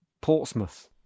Portsmouth